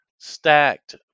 Stacked